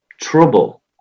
trouble